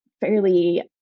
fairly